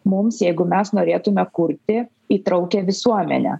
mums jeigu mes norėtume kurti įtraukią visuomenę